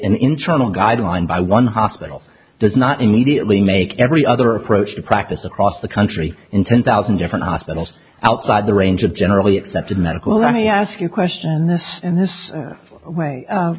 an internal guideline by one hospital does not immediately make every other approach the practice across the country in ten thousand different hospitals outside the range of generally accepted medical i ask you a question in this way